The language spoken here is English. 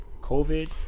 COVID